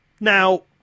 Now